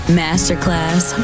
masterclass